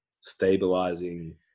stabilizing